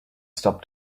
stop